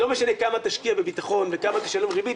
לא משנה כמה תשקיע בביטחון וכמה תשלם ריבית,